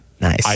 Nice